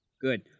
Good